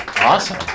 awesome